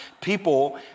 people